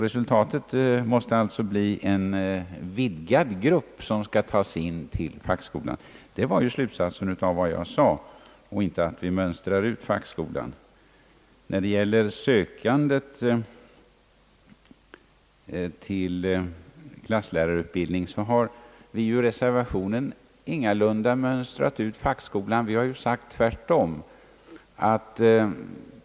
Resultatet måste alltså bli en utökad grupp som skall tas in i fackskolan. Detta var som sagt slutsatsen av mitt uttalande och inte att vi mönstrar ut fackskolan. När det gäller sökandet till klasslärarutbildningen har vi i reservationen ingalunda mönstrat ut fackskolan. Vi har ju sagt tvärtom!